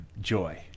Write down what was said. joy